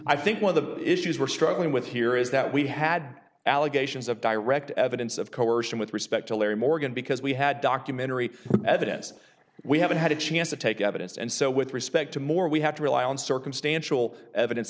i think one of the issues we're struggling with here is that we had allegations of direct evidence of coercion with respect to larry morgan because we had documentary evidence we haven't had a chance to take evidence and so with respect to more we have to rely on circumstantial evidence